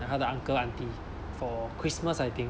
like 他的 uncle auntie for christmas I think